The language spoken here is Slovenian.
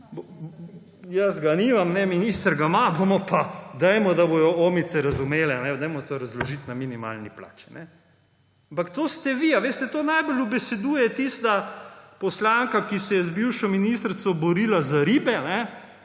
jaz nimam, minister ima – dajmo, da bodo omice razumele, to razložiti na minimalni plači. Ampak to ste vi, veste. To najbolj ubeseduje tista poslanka, ki se je z bivšo ministrico borila za ribe,